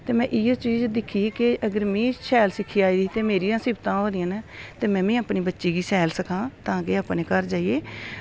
ते में इयै चीज़ दिक्खी की अगर में शैल सिक्खी आई ते मेरियां सिफ्तां होआ दियां न ते में बी अपने बच्चें गी शैल सखां ता की एह्